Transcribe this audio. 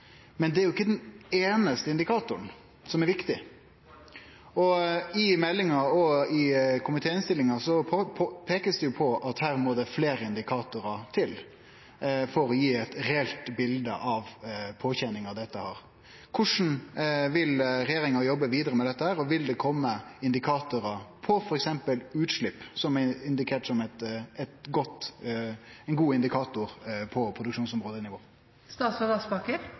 men det er jo ikkje den einaste indikatoren som er viktig. I meldinga og i komitéinnstillinga peikar ein på at her må det fleire indikatorar til for å gje eit reelt bilete av påkjenninga dette er. Korleis vil regjeringa jobbe vidare med dette, og vil det kome indikatorar på f.eks. utslepp, som er ein god indikator på